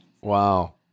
Wow